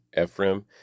Ephraim